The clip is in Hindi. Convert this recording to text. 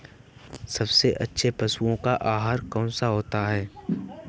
सबसे अच्छा पशुओं का आहार कौन सा होता है?